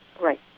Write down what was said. Right